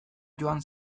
joan